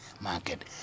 market